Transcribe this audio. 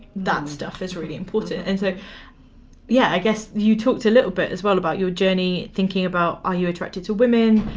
that stuff is really important and so yeah you talked a little bit as well about your journey thinking about are you attracted to women,